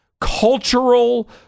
cultural